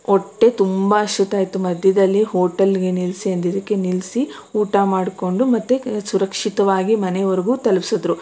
ಹೊಟ್ಟೆ ತುಂಬ ಹಸಿತಾಯಿತ್ತು ಮಧ್ಯದಲ್ಲಿ ಹೋಟೆಲ್ಗೆ ನಿಲ್ಲಿಸಿ ಅಂದಿದ್ದಕ್ಕೆ ನಿಲ್ಲಿಸಿ ಊಟ ಮಾಡಿಕೊಂಡು ಮತ್ತೆ ಸುರಕ್ಷಿತವಾಗಿ ಮನೆವರೆಗೂ ತಲ್ಪ್ಸದ್ರು